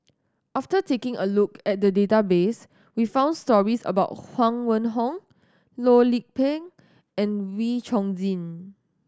after taking a look at the database we found stories about Huang Wenhong Loh Lik Peng and Wee Chong Jin